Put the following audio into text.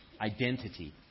identity